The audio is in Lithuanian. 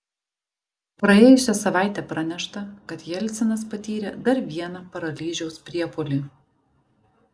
praėjusią savaitę pranešta kad jelcinas patyrė dar vieną paralyžiaus priepuolį